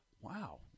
Wow